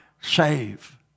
save